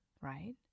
right